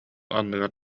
анныгар